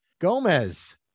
gomez